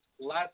last